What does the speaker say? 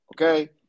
Okay